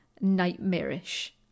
nightmarish